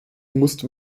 musste